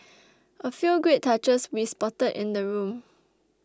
a few great touches we spotted in the room